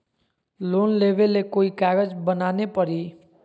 Loan लेबे ले कोई कागज बनाने परी?